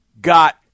got